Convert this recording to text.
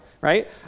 right